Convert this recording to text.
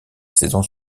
saison